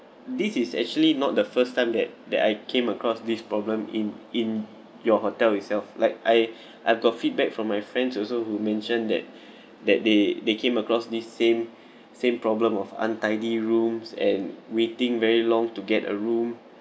this is actually not the first time that that I came across this problem in in your hotel itself like I I've got feedback from my friends also who mentioned that that they they came across this same same problem of untidy rooms and waiting very long to get a room